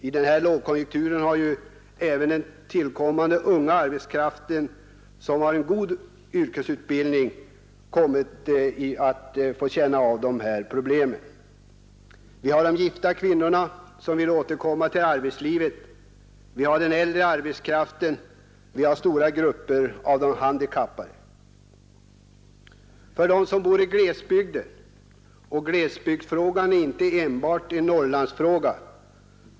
I denna lågkonjunktur har även den tillkommande unga arbetskraften med god yrkesutbildning kommit att få känna av dessa problem. Vi har vidare de gifta kvinnorna som vill återkomma till arbetslivet, vi har den äldre arbetskraften och vi har stora grupper av handikappade. Det är också svårigheter för dem som bor i glesbygderna. Glesbygdsfrågan är inte enbart en Norrlandsfråga.